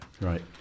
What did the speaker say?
Right